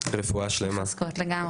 רפואה שלמה.